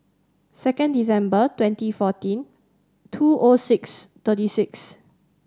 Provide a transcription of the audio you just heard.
second December twenty fourteen two O six thirty six